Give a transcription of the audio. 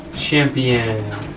champion